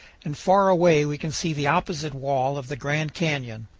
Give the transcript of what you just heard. and far away we can see the opposite wall of the grand canyon.